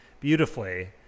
beautifully